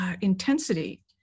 intensity